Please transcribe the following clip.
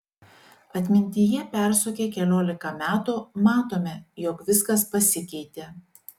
atmintyje persukę keliolika metų matome jog viskas pasikeitė